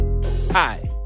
Hi